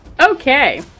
Okay